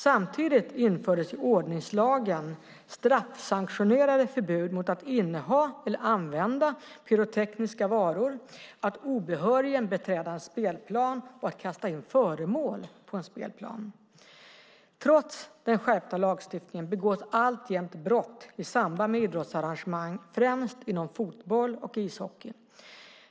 Samtidigt infördes i ordningslagen straffsanktionerade förbud mot att inneha eller använda pyrotekniska varor, att obehörigen beträda en spelplan och att kasta in föremål på en spelplan. Trots den skärpta lagstiftningen begås alltjämt brott i samband med idrottsarrangemang, främst inom fotboll och ishockey.